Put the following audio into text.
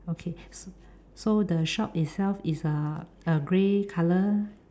okay s~ so the shop itself is uh a grey color